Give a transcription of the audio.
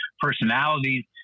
personalities